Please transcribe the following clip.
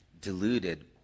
deluded